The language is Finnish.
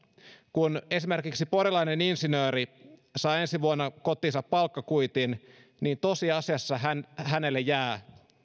kun esimerkiksi porilainen insinööri saa ensi vuonna kotiinsa palkkakuitin niin tosiasiassa hänelle hänelle jää